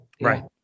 Right